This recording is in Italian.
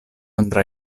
andrà